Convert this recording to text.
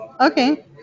Okay